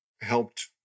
helped